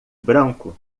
branco